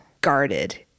guarded